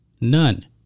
None